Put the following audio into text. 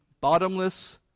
bottomless